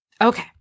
Okay